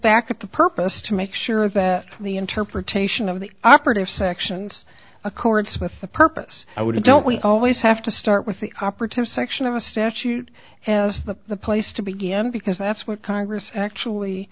back at the purpose to make sure that the interpretation of the operative sections accords with the purpose i would have don't we always have to start with the operative section of the statute as the the place to begin because that's what congress actually